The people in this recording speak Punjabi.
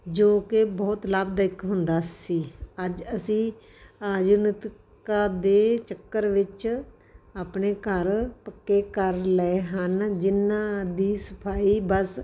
ਜੋ ਕਿ ਬਹੁਤ ਲਾਭਦਾਇਕ ਹੁੰਦਾ ਸੀ ਅੱਜ ਅਸੀਂ ਆਧੁਨਿਕਤਾ ਦੇ ਚੱਕਰ ਵਿੱਚ ਆਪਣੇ ਘਰ ਪੱਕੇ ਕਰ ਲਏ ਹਨ ਜਿਨ੍ਹਾਂ ਦੀ ਸਫ਼ਾਈ ਬਸ